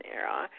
era